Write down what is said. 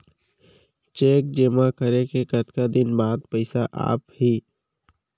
Cheque जेमा करे के कतका दिन बाद पइसा आप ही?